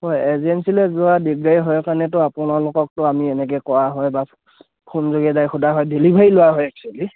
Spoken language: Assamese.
হয় এজেঞ্চিলৈ যোৱা দিগদাৰী হয় কাৰণেতো আপোনালোককতো আমি এনেকৈ কৰা হয় বা ফোন যোগে ডাৰেক্ট সোধা হয় ডেলিভাৰী লোৱা হয় এক্চুৱেলি